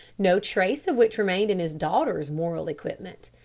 no trace of which remained in his daughter's moral equipment.